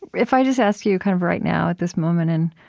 if i just ask you, kind of right now, at this moment in